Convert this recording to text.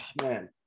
man